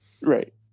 Right